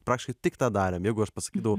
praktiškai tik tą darėm jeigu aš pasakydavau